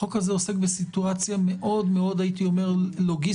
החוק הזה עוסק בסיטואציה מאוד מאוד הייתי אומר לוגיסטית,